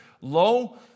Lo